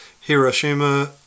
Hiroshima